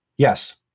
Yes